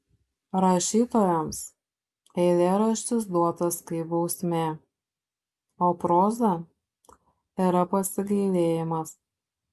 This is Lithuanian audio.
rašytojams eilėraštis duotas kaip bausmė o proza yra pasigailėjimas